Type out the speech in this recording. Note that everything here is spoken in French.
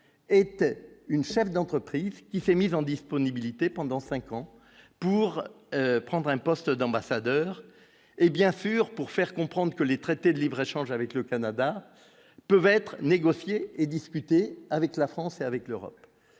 était une chef d'entreprise qui s'est mis en disponibilité pendant 5 ans pour prendre un poste d'ambassadeur et bien sûr pour faire comprendre que les traités de libre-échange avec le Canada peuvent être négociée et discutée avec la France et avec l'Europe